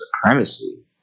supremacy